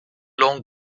longue